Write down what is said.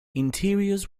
interiors